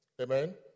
Amen